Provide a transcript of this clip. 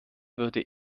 würde